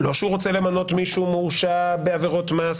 לא שהוא רוצה למנות מישהו מורשע בעבירות מס,